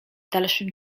dalszym